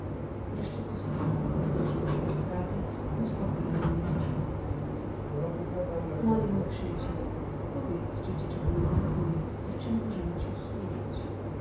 wreszcie powstała zbliżyła się do kraty i uspokojona nieco rzekła do mnie młody mój przyjacielu powiedz czy ci czego nie brakuje i w czem możem ci usłużyć